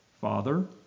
Father